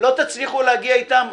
לא תצליחו להגיע איתם,